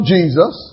Jesus